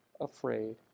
afraid